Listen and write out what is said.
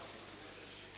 Hvala